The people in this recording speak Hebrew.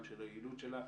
גם של היעילות שלה,